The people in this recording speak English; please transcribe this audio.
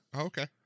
Okay